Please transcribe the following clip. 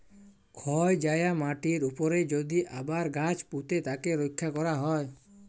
ক্ষয় যায়া মাটির উপরে যদি আবার গাছ পুঁতে তাকে রক্ষা ক্যরা হ্যয়